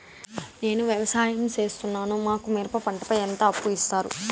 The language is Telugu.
నేను వ్యవసాయం సేస్తున్నాను, మాకు మిరప పంటపై ఎంత అప్పు ఇస్తారు